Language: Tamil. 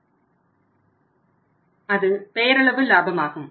அது பெயரளவு லாபமாகும்